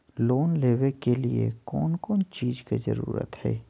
Loan लेबे के लिए कौन कौन चीज के जरूरत है?